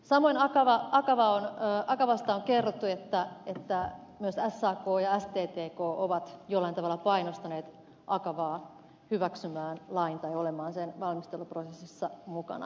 samoin akavasta on kerrottu että myös sak ja sttk ovat jollain tavalla painostaneet akavaa hyväksymään lain tai olemaan sen valmisteluprosessissa mukana